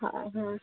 ହଁ ହଁ